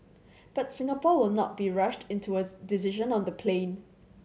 but Singapore will not be rushed into as decision on the plane